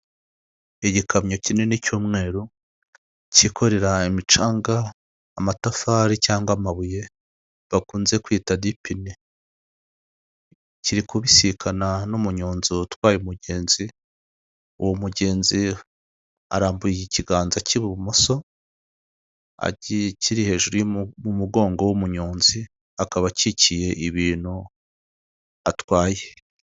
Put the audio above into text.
Igikamyo kinini cy'umweru, cyikorera imicanga, amatafari cyangwa amabuye, bakunze kwita dipine, kiri kubisikana n'umunyonzi utwaye umugenzi, uwo mugenzi we arambuye ikiganza cy'ibumoso, kiri hejuru y'umugongo w'umuyonzi, akaba akikiye ibintu atwaye.